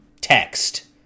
text